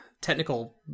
technical